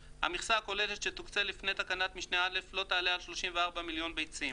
המכסה הכוללת שתוקצה לפי תקנת משנה (א) לא תעלה על 34 מיליון ביצים.